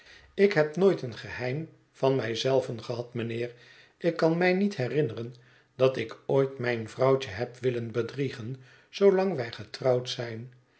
ik heb nooit een geheim van mij zelven gehad mijnheer ik kan mij niet herinneren dat ik ooit mijn vrouwtje heb willen bedriegen zoolang wij getrouwd zijn